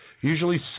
usually